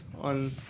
on